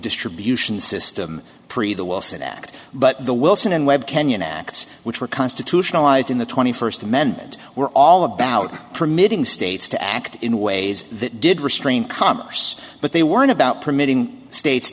distribution system pre the wilson act but the wilson and webb canyon acts which were constitutionalized in the twenty first amendment were all about permitting states to act in ways that did restrain commerce but they weren't about permitting states